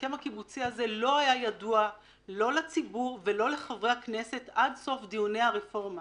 לא היה ידוע לא לציבור ולא לחברי הכנסת עד סוף דיוני הרפורמה.